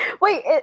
wait